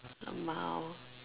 lmao